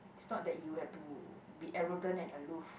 it's not that you have to be arrogant and aloof